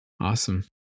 Awesome